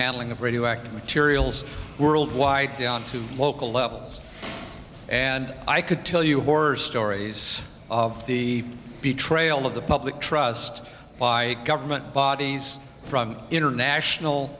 handling of radioactive materials worldwide down to local levels and i could tell you horror stories of the betrayal of the public trust by government bodies from international